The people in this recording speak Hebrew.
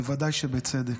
בוודאי שבצדק.